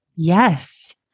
Yes